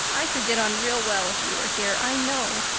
i could get on real well if you were here, i know.